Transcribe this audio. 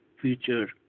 future